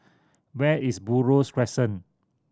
where is Buroh Crescent